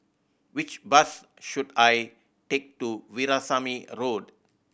which bus should I take to Veerasamy Road